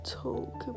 talk